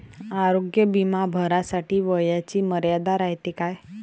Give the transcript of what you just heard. आरोग्य बिमा भरासाठी वयाची मर्यादा रायते काय?